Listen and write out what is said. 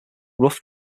rough